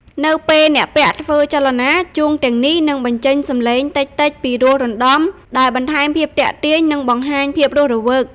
នៅពេលអ្នកពាក់ធ្វើចលនា ជួងទាំងនេះនឹងបញ្ចេញ សំឡេងតិចៗពីរោះរណ្តំ ដែលបន្ថែមភាពទាក់ទាញ និងបង្ហាញពីភាពរស់រវើក។